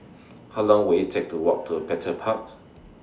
How Long Will IT Take to Walk to Petir Park